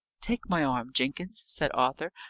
take my arm, jenkins, said arthur,